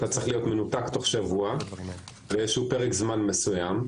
אתה צריך להיות מנותק תוך שבוע לאיזשהו פרק זמן מסוים,